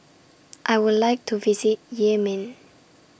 I Would like to visit Yemen